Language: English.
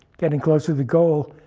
getting close to the goal.